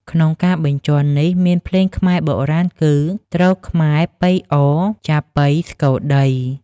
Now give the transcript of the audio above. ក្នុងការបញ្ជាន់នេះ មានភ្លេងខ្មែរបុរាណគឺ ទ្រខ្មែរ ប៉ីអ ចាប៉ី ស្គរដី